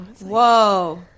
Whoa